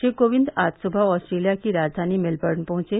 श्री कोविंद आज सुबह ऑस्ट्रेलिया की राजधानी मेलबर्न पहुंचे